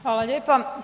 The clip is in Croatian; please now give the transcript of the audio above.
Hvala lijepa.